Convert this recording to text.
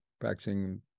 practicing